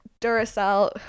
Duracell